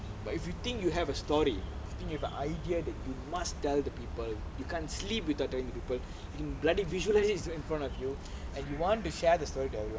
but if you think you have a story you think you have an idea that you must tell the people you can't sleep without telling the people bloody visualise it in front of you and you want to share the story to everyone